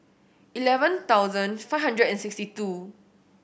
eleven thousand five hundred and sixty two